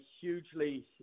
hugely